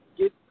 get